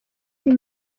uyu